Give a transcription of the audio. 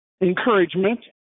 Encouragement